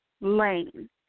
lane